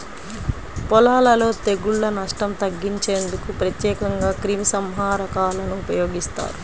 పొలాలలో తెగుళ్ల నష్టం తగ్గించేందుకు ప్రత్యేకంగా క్రిమిసంహారకాలను ఉపయోగిస్తారు